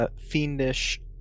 fiendish